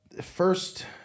First